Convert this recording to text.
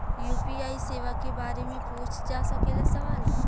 UPI सेवा के बारे में पूछ जा सकेला सवाल?